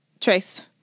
Trace